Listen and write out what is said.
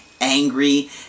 angry